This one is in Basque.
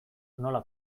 nola